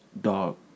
dog